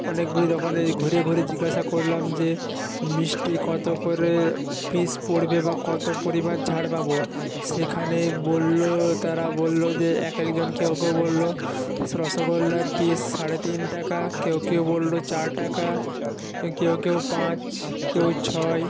অনেকগুলি দোকানেই ঘুরে ঘুরে জিজ্ঞাসা করলাম যে মিষ্টি কত করে পিস পড়বে বা কত পরিমাণ ছাড় পাবো সেখানে বললো তারা বললো যে একেকজন কেউ কেউ বললো রসগোল্লার পিস সাড়ে তিন টাকা কেউ কেউ বললো চার টাকা কেউ কেউ পাঁচ কেউ ছয়